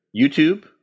youtube